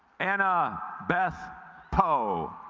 and ah beth po